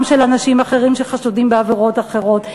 של אנשים אחרים שחשודים בעבירות אחרות.